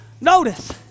Notice